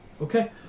Okay